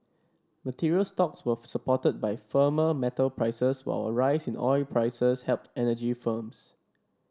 materials stocks were supported by firmer metal prices while a rise in oil prices helped energy firms